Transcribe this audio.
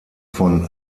von